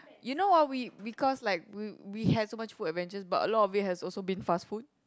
you know ah we we cause like we we have so much food adventures but a lot of it has also been fast food